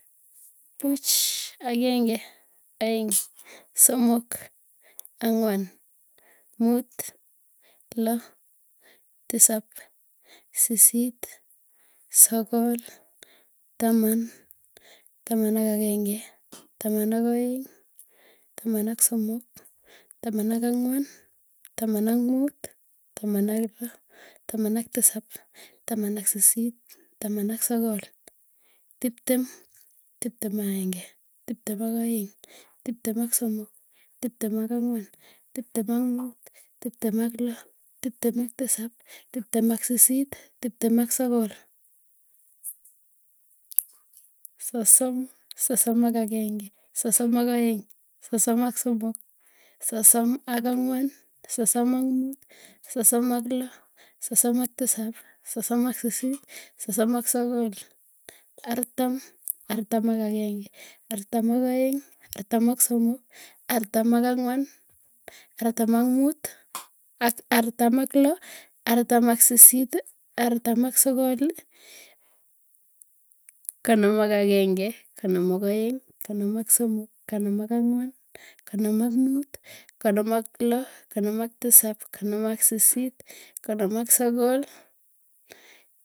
Puuch, ageng'e, aeng, somok, angwan, muut, loo, tisap, sisit, sokol, taman, ak ageng'e, ak aeng. ak somok, ak angwan, ak mut, ak loo, ak tisap, ak sisit, ak sokol, tiptem. tiptem ak aenge. tiptem ak aeng tiptem ak somok, tiptem ak angwan, tipptem ak mut. tiptem ak loo, tiptem ak tisap, tiptem ak sisit, tiptem ak sokol, sosom, sosom ak ageng'e sosom ak aeng, sosom ak somok, sosom ak ang'wan, sosom ak mut, sosom ak loo, sosom ak tisap, sosom ak sisit, sosom ak sokol, artam, artam ak agen'ge, artam ak aeng, artam ak somok artam ak angwan, artam ak muut artam ak loo, artam ak tisap, artam ak sisit, artam ak sokol, konom, konom ak ageng'e, konom ak aeng, konom ak somok, konom ak ang'wan, konom ak muut, konoom ak loo, konoom ak tisap, konom ak sisit, konom ak sokol.